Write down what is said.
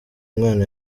mwana